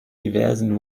diversen